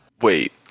wait